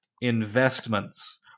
investments